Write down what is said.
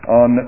on